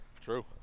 True